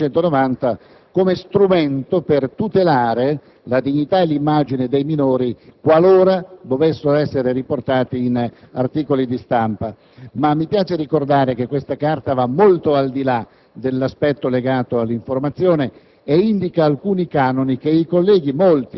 che, come tutti sanno ormai, fu firmata il 5 ottobre 1990 come strumento per tutelare la dignità e l'immagine dei minori, qualora dovessero essere riportati in articoli di stampa. Mi piace ricordare che questa Carta va molto al di là